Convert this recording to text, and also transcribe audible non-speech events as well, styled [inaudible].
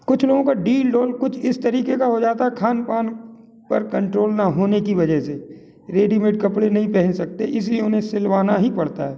कुछ लोगों का [unintelligible] कुछ इस तरीके का हो जाता है खान पान पर कंट्रोल न होने की वजह से रेडीमेड कपड़े नहीं पहन सकते इसीलिए उन्हें सिलवाना ही पड़ता हैं